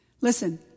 Listen